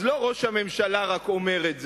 אז לא רק ראש הממשלה אומר את זה,